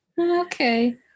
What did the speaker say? okay